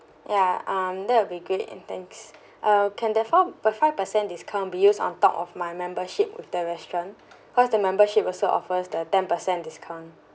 ya um that will be great and thanks ah can the four the five per cent discount be used on top of my membership with the restaurant because the membership also offers the ten percent discount